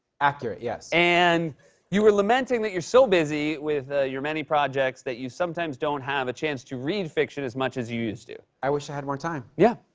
accurate, yes. and you were lamenting that you're so busy with your many projects that you sometimes don't have a chance to read fiction as much as you used to. i wish i had more time. yeah.